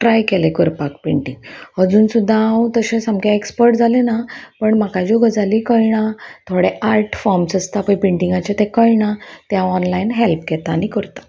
try केलें करपाक painting अजून सुद्दां हांव तशें सामकें एक्सपर्ट जालें ना पण म्हाका ज्यो गजाली कळना थोडे आर्ट फॉर्म्स आसता पळय पेंटिंगाचे तें कळना तें हांव ऑनलायन हेल्प घेता आनी करतां